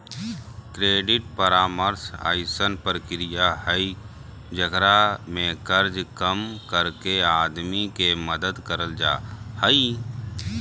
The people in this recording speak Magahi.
क्रेडिट परामर्श अइसन प्रक्रिया हइ जेकरा में कर्जा कम करके आदमी के मदद करल जा हइ